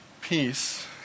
peace